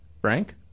Frank